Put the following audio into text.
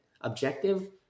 objective